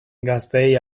gazteei